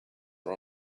are